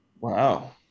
wow